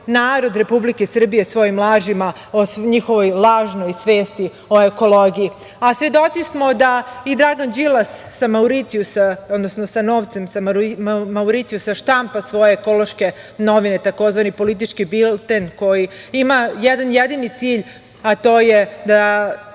narod Republike Srbije svojim lažima o njihovoj lažnoj svesti o ekologiji. Svedoci smo da i Dragan Đilas sa novcem sa Mauricijusa štampa svoje ekološke novine, tzv. „Politički bilten“ koji ima jedan jedini cilj, a to je da